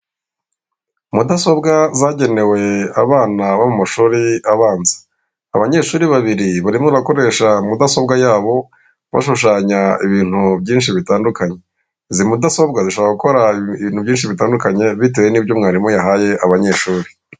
Mudasobwa zagenewe abana bo mu mashuri abanza ,abanyeshuri babiri barimo barakoresha mudasobwa yabo bashushanya ibintu byinshi bitandukanye izi mudasobwa zishaka gukora ibintu byinshi bitandukanye bitewe n'ibyo mwarimu yahaye abanyeshuri .